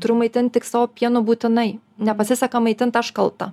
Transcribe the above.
turiu maitint tik savo pienu būtinai nepasiseka maitint aš kalta